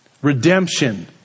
Redemption